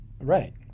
right